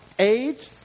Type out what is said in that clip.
age